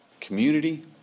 community